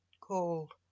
called